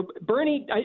Bernie